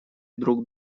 друг